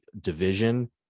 division